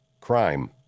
crime